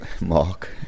mark